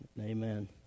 Amen